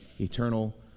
eternal